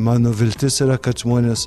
mano viltis yra kad žmonės